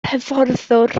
hyfforddwr